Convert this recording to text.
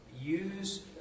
use